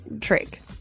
trick